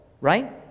right